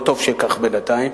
וטוב שכך בינתיים.